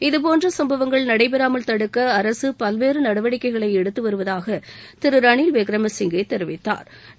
இது போன்ற சம்பவங்கள் நடைபெறாமல் தடுக்க அரசு பல்வேறு நடவடிக்கைகளை எடுத்துவருவதாக திரு ரணில் விக்ரம சிங்கே தெரிவித்தாா்